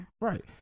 right